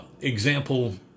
Example